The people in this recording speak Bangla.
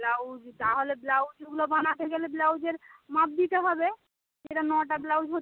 ব্লাউজ তাহলে ব্লাউজগুলো বানাতে গেলে ব্লাউজের মাপ দিতে হবে যেরকম নটা ব্লাউজ হচ্ছে